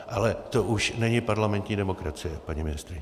Ale to už není parlamentní demokracie, paní ministryně.